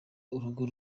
urugo